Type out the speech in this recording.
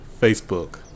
Facebook